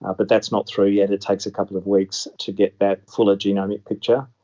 ah but that's not through yet, it takes a couple of weeks to get that fuller genomic picture.